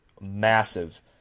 massive